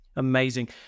Amazing